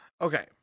Okay